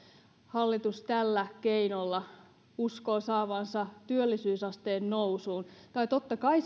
hallitus tällä keinolla uskoo saavansa työllisyysasteen nousuun tai totta kai